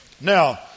Now